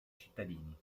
cittadini